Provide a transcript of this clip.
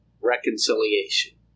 reconciliation